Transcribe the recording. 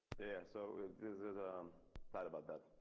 yeah, so this is a thought about that?